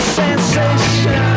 sensation